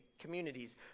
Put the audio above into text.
communities